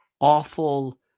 awful